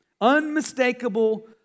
Unmistakable